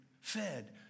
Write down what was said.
fed